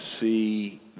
see